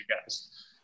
guys